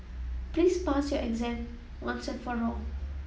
please pass your exam once and for all